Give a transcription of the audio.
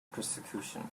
persecution